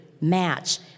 match